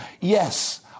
Yes